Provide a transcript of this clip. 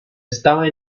estaba